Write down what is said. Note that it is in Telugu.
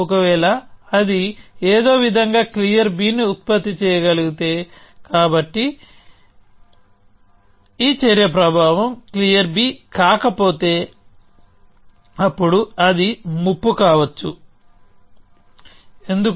ఒకవేళ అది ఏదో విధంగా క్లియర్ ని ఉత్పత్తి చేయగలిగితే కాబట్టి ఈ చర్య ప్రభావం క్లియర్ కాకపోతే అప్పుడు అది ముప్పు కావచ్చు ఎందుకు